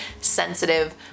sensitive